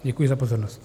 Děkuji za pozornost.